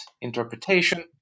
interpretation